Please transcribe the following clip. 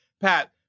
Pat